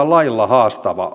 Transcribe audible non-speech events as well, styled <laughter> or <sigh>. <unintelligible> lailla haastavaa